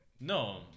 no